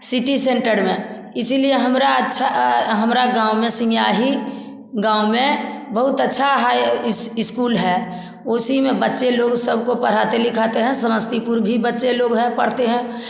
city centre में इसलिए हमरा अच्छा हमरा गाँव में सिमयाही गाँव में बहुत अच्छा हाई इस्कूल है उसी में बच्चे लोग सबको पढ़ाते लिखाते हैं समस्तीपुर भी बच्चे लोग हैं पढ़ते हैं